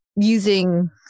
using